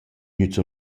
gnüts